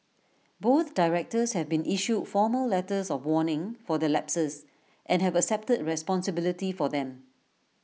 both directors have been issued formal letters of warning for their lapses and have accepted responsibility for them